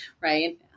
Right